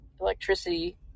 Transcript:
electricity